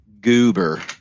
goober